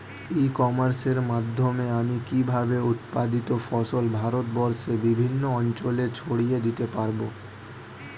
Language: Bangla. ই কমার্সের মাধ্যমে আমি কিভাবে উৎপাদিত ফসল ভারতবর্ষে বিভিন্ন অঞ্চলে ছড়িয়ে দিতে পারো?